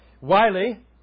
Wiley